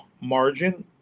margin